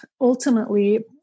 ultimately